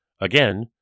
Again